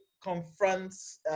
confronts